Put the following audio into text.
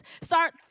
Start